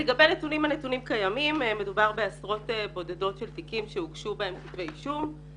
הנתונים קיימים: מדובר בעשרות בודדות של תיקים שהוגשו בהם כתבי אישום.